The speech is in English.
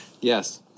Yes